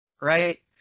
right